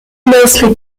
mostly